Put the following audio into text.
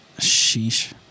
Sheesh